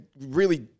really-